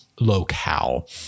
locale